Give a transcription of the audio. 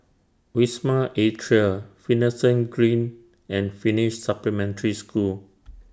Wisma Atria Finlayson Green and Finnish Supplementary School